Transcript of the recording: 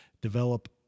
develop